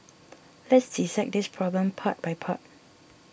let's dissect this problem part by part